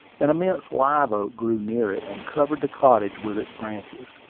an immense live-oak grew near it, and covered the cottage with its branches.